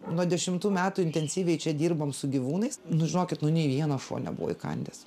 nuo dešimtų metų intensyviai čia dirbam su gyvūnais nu žinokit nu nei vienas šuo nebuvo įkandęs